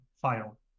file